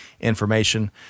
information